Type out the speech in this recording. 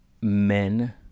men